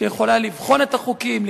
שיכולה לבחון את החוקים,